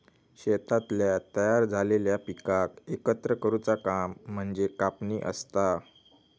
शेतातल्या तयार झालेल्या पिकाक एकत्र करुचा काम म्हणजे कापणी असता